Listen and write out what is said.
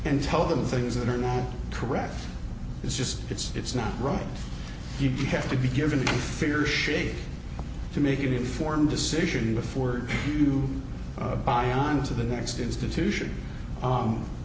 and tell them things that are not correct it's just it's it's not right you have to be given a figure shape to make an informed decision before you buy onto the next institution